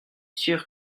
sûr